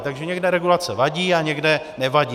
Takže někde regulace vadí a někde nevadí.